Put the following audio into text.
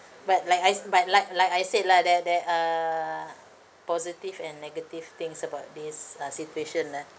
but like I s~ but like like I said lah there there are(uh) positive and negative things about this uh situation lah